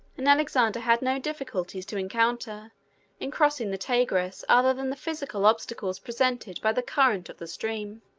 and alexander had no difficulties to encounter in crossing the tigris other than the physical obstacles presented by the current of the stream.